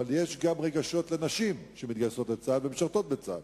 אבל יש גם רגשות לנשים שמתגייסות לצה"ל ומשרתות בצה"ל.